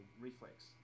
reflex